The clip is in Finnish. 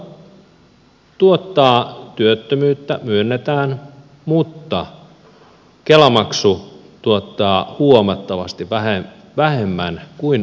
molemmat tuottavat työttömyyttä myönnetään mutta kela maksu tuottaa huomattavasti vähemmän kuin alvn nosto